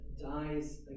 dies